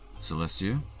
Celestia